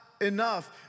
enough